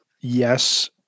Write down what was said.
yes